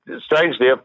strangely